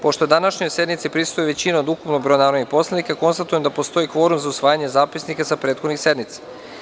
Pošto današnjoj sednici prisustvuje većina od ukupnog broja narodnih poslanika, konstatujem da postoji kvorum za usvajanje zapisnika sa prethodnih sednica.